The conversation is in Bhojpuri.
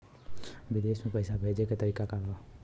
विदेश में पैसा भेजे के तरीका का बा?